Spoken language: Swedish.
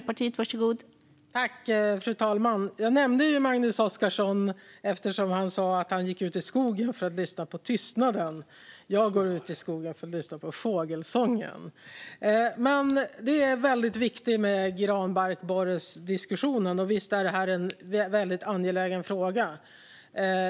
Fru talman! Jag nämnde Magnus Oscarsson eftersom han sa att han gick ut i skogen för att lyssna på tystnaden. Jag går ut i skogen för att lyssna på fågelsången. Diskussionen om granbarkborren är viktig, och visst är detta en angelägen fråga.